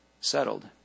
settled